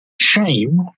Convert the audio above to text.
Shame